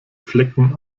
flecken